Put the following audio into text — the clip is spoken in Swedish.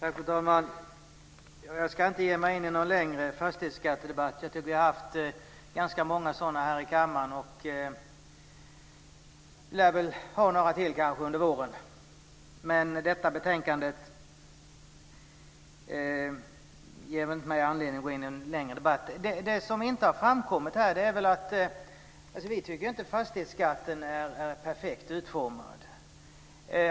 Fru talman! Jag ska inte ge mig in i någon längre fastighetsskattedebatt. Jag tycker att vi har haft ganska många sådana här i kammaren, och vi lär ha några till under våren. Detta betänkande ger mig inte anledning att gå in i någon längre debatt. Vi tycker inte att fastighetsskatten är perfekt utformad.